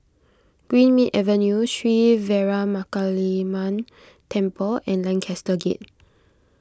Greenmead Avenue Sri Veeramakaliamman Temple and Lancaster Gate